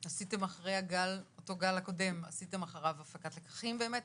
עשיתם אחרי אותו הגל הקודם הפקת לקחים באמת,